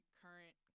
current